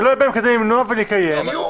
שלא יהיה בהם כדי למנוע מלקיים תפילה.